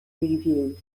review